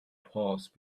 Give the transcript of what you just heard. pause